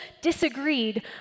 disagreed